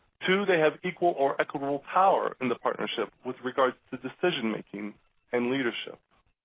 two, they have equal or equitable power in the partnership with regards to decision making and leadership.